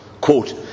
quote